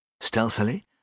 Stealthily